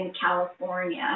California